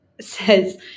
says